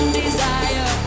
desire